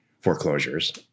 foreclosures